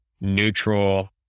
neutral